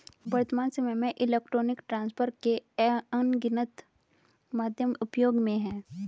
वर्त्तमान सामय में इलेक्ट्रॉनिक ट्रांसफर के अनगिनत माध्यम उपयोग में हैं